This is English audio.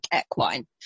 equine